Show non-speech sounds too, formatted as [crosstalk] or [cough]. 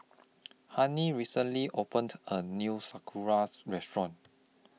[noise] Hennie recently opened A New Sauerkraut Restaurant